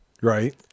right